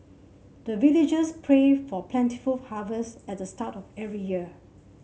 the villagers pray for plentiful harvest at the start of every year